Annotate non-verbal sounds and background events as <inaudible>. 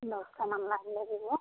<unintelligible> light লাগিব